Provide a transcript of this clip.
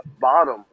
bottom